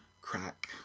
crack